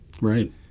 Right